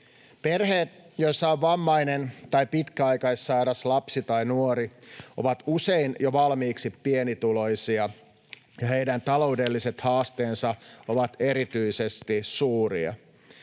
Perheet, joissa on vammainen tai pitkäaikaissairas lapsi tai nuori, ovat usein jo valmiiksi pienituloisia, ja heidän taloudelliset haasteensa ovat erityisesti suuria.